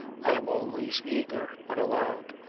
i am always eager, when allowed,